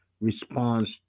response